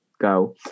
go